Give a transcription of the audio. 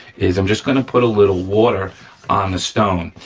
is i'm just gonna put a little water on the stone.